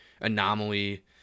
anomaly